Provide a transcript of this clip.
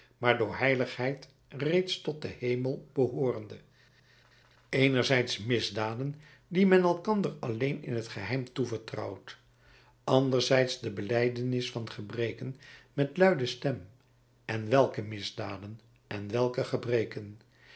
maar door heiligheid reeds tot den hemel behoorende eenerzijds misdaden die men elkander alleen in t geheim toevertrouwt andererzijds de belijdenis van gebreken met luide stem en welke misdaden en welke gebreken